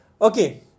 Okay